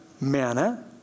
manna